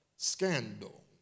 Scandal